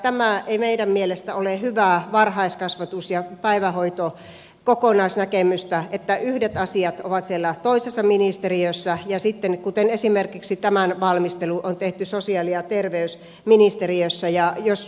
tämä ei meidän mielestämme ole hyvää varhaiskasvatus ja päivähoitokokonaisnäkemystä että yhdet asiat ovat siellä toisessa ministeriössä ja sitten esimerkiksi tämän valmistelu on tehty sosiaali ja terveysministeriössä